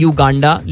Uganda